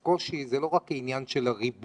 הקושי זה לא רק העניין של הריבוע,